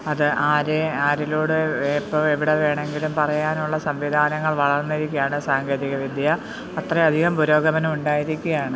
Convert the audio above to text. അത് ആര് ആരിലൂടെ എപ്പോൾ എവിടെ വേണമെങ്കിലും പറയാനുള്ള സംവിധാനങ്ങൾ വളർന്നിരിക്കുകയാണ് സാങ്കേതികവിദ്യ അത്രയധികം പുരോഗമനമുണ്ടായിരിക്കുകയാണ്